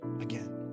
again